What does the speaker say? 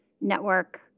network